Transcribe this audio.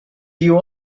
you